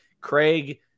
Craig